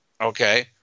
okay